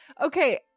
Okay